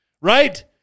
right